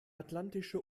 atlantische